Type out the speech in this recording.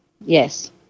Yes